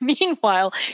Meanwhile